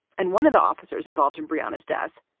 and one of the officers involved in briony's death,